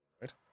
Right